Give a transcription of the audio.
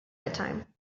bedtime